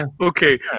Okay